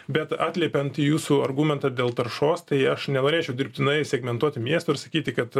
bet atliepiant į jūsų argumentą dėl taršos tai aš nenorėčiau dirbtinai segmentuoti miesto ir sakyti kad